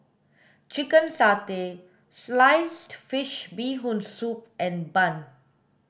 chicken satay sliced fish bee hoon soup and bun